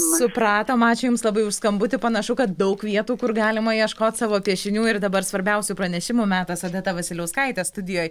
supratom ačiū jums labai už skambutį panašu kad daug vietų kur galima ieškot savo piešinių ir dabar svarbiausių pranešimų metas odeta vasiliauskaitė studijoj